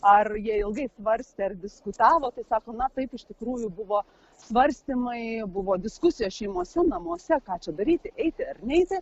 ar jie ilgai svarstė ar diskutavo tai sako na taip iš tikrųjų buvo svarstymai buvo diskusijos šeimose namuose ką čia daryti eiti ar neiti